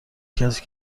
کسی